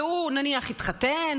והוא נניח התחתן,